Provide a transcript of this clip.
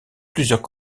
plusieurs